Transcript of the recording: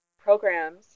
programs